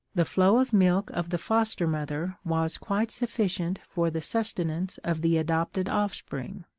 the flow of milk of the foster-mother was quite sufficient for the sustenance of the adopted offspring,